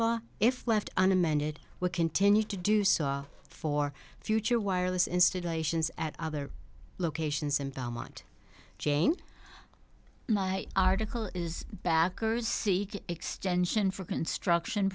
law if left an amended will continue to do saw for future wireless installations at other locations in belmont jane my article is backers seek extension for construction